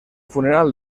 funeral